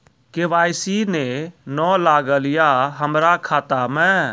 KYC ने न लागल या हमरा खाता मैं?